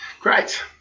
great